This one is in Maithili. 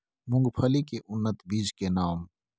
मूंगफली के उन्नत बीज के नाम?